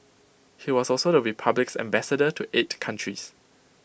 he was also the republic's Ambassador to eight countries